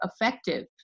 effective